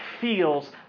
feels